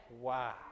Wow